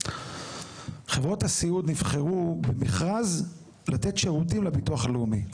חברות הסיעוד נבחרו במכרז לתת שירותים לביטוח הלאומי.